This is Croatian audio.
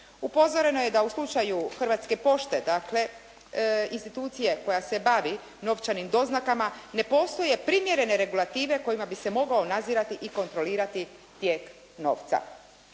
Upozoreno je da u slučaju Hrvatske pošte dakle institucije koja se bavi novčanim doznakama, ne postoje primjerene regulative kojima bi se mogao nadzirati i kontrolirati tijek novca.